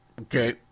Okay